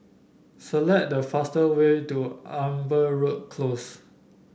select the fastest way to Amberwood Close